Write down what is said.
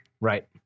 right